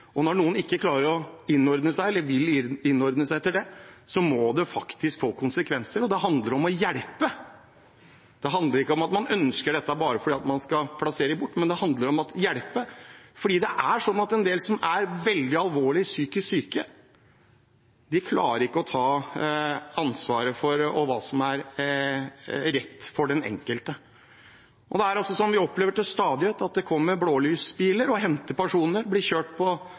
Når noen ikke klarer å innordne seg eller ikke vil innordne seg etter det, må det faktisk få konsekvenser. Og det handler om å hjelpe. Det handler ikke om at man ønsker dette bare fordi man skal plassere dem bort, men det handler om å hjelpe. For det er slik at en del av dem som er veldig alvorlig psykisk syke, ikke klarer å ta ansvaret, hva som er rett for den enkelte. Vi opplever til stadighet at det kommer blålysbiler og henter personer, som blir kjørt på